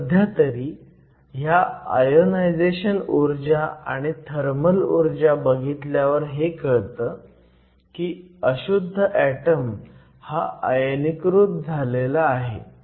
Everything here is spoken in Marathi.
पण सध्या तरी ह्या आयोनायझेशन ऊर्जा आणि थर्मल ऊर्जा बघितल्यावर हे कळतं की अशुद्ध ऍटम हा आयनीकृत झाला आहे